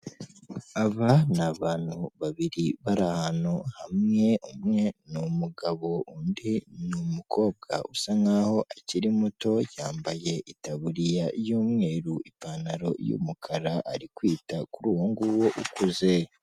Aba ni abantu babiri bari ahantu hamwe, umwe ni umugabo, undi ni umukobwa usa nk'aho akiri muto, yambaye itaburiya y'umweru, ipantaro y'umukara, ari kwita kuri uwo nguwo ukuze.